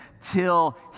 till